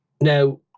now